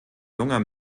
junger